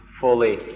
fully